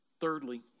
Thirdly